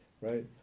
right